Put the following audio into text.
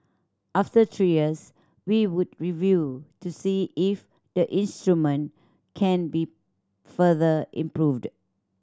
after three years we would review to see if the instrument can be further improved